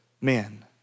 men